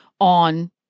on